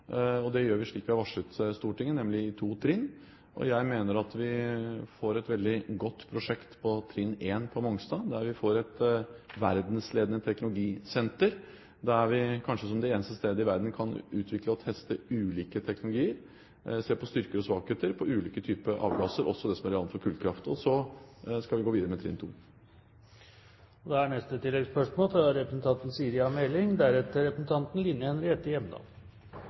Det gjør vi slik vi har varslet Stortinget, nemlig i to trinn. Jeg mener at vi får et meget godt prosjekt på trinn 1 på Mongstad, der vi får et verdensledende teknologisenter, der vi kanskje som det eneste sted i verden kan utvikle og teste ulike teknologier, se på styrker og svakheter, på ulike typer avgasser – også det som er relevant for kullkraft. Så skal vi gå videre med trinn